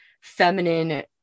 feminine